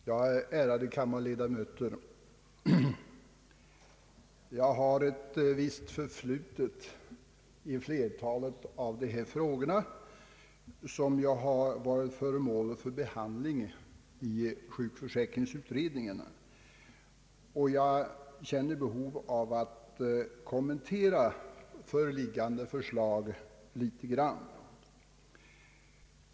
Herr talman! Ärade kammarledamöter! Jag har ett visst förflutet när det gäller flertalet av dessa frågor som har varit föremål för behandling av sjukförsäkringsutredningarna, och jag känner därför behov av att kommentera föreliggande förslag litet grand.